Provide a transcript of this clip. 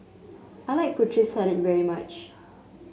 I like Putri Salad very much